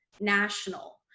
national